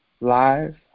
Live